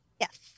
yes